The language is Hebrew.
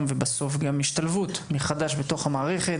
ובסוף גם השתלבות מחדש בתוך המערכת.